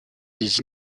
des